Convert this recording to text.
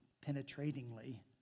penetratingly